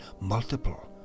multiple